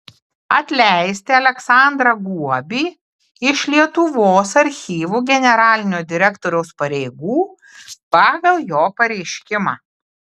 atleisti aleksandrą guobį iš lietuvos archyvų generalinio direktoriaus pareigų pagal jo pareiškimą